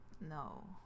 no